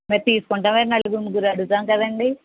మేము తీసుకుంటాం నలుగురు ముగ్గురు అడుగుతాం కదండీ